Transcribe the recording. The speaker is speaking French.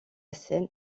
scène